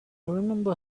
remember